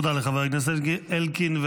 תודה לחבר הכנסת אלקין.